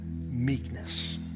meekness